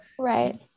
Right